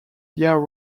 year